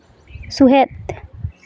ᱥᱩᱦᱮᱫ